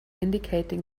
indicating